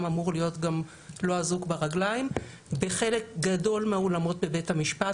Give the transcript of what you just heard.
אמור להיות גם לא אזוק ברגליים בחלק גדול מהאולמות בבית המשפט,